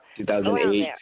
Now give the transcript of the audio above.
2008